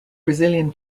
brazilian